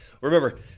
Remember